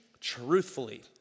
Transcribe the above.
truthfully